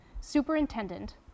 Superintendent